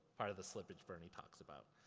part of the slippage bernie talks about.